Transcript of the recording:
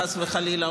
חס וחלילה,